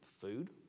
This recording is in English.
Food